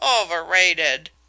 Overrated